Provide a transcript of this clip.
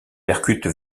percute